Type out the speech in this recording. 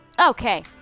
Okay